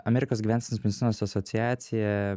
amerikos gyvensenos medicinos asociacija